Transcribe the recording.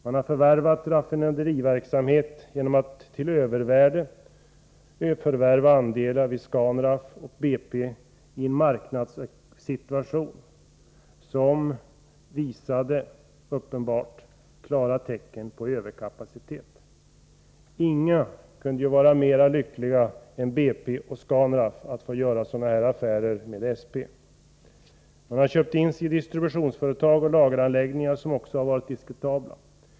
Man har satsat på raffinaderiverksamhet genom att till överpris förvärva andelar i Scanraff och BP i en marknadssituation som visade klara tecken på överkapacitet. Inga kunde vara lyckligare än BP och Scanraff när de fick göra sådana här affärer med SP. Man har köpt in sig i distributionsföretag och lageranläggningar, vilket också har varit diskutabelt.